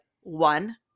one